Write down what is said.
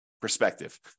Perspective